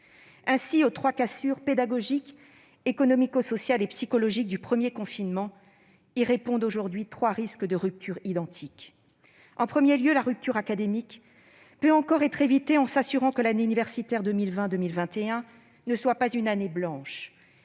Ainsi, aux trois cassures, pédagogique, économico-sociale et psychologique, du premier confinement répondent aujourd'hui trois risques de rupture identiques. En premier lieu, la rupture académique peut encore être évitée en s'assurant que l'année universitaire 2020-2021 ne soit pas une année blanche.